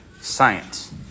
science